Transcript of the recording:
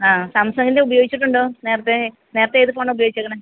ആ സാംസംഗിൻ്റ ഉപയോഗിച്ചിട്ടുണ്ടോ നേരത്തെ നേരത്തെ ഏത് ഫോണാ ഉപയോഗിച്ചേക്കണെ